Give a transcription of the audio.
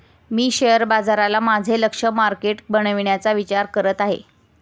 मी share बाजाराला माझे लक्ष्य मार्केट बनवण्याचा विचार करत आहे